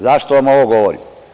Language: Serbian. Zašto vam ovo govorim?